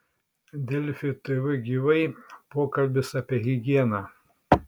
delfi tv gyvai pokalbis apie higieną